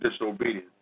disobedience